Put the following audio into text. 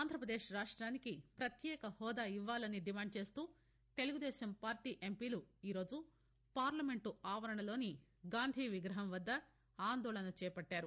ఆంధ్రప్రదేశ్ రాష్ట్రానికి ప్రత్యేక హూదా ఇవ్వాలని డిమాండ్ చేస్తూ తెలుగుదేశం పార్టీ ఎంపీలు ఈ రోజు పార్లమెంట్ ఆవరణలోని గాంధీ విగ్రహం వద్ద ఆందోళన చేపట్టారు